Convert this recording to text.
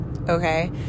Okay